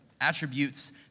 attributes